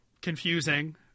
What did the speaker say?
confusing